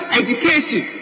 education